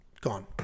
gone